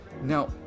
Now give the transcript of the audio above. now